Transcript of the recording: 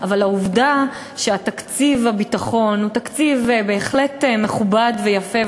אבל העובדה היא שתקציב הביטחון הוא תקציב בהחלט מכובד ויפה,